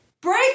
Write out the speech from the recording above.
Break